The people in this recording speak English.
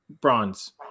bronze